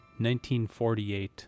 1948